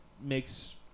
makes